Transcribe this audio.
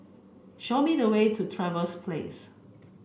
show me the way to Trevose Place